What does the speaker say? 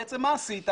ובעצם מה עשית?